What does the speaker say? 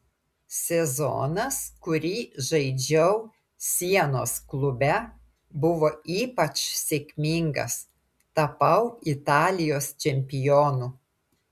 sezonas kurį žaidžiau sienos klube buvo ypač sėkmingas tapau italijos čempionu